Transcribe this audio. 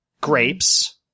grapes